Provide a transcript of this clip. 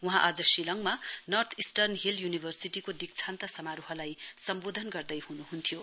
वहाँ आज शिलङमा नर्थ इस्ट्रन हिल युनिभर्सिटीको दीक्षाशान्त समारोहलाई सम्बोधन गर्दै हनुहन्थ्यो